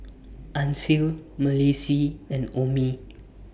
Ancil Malissie and Omie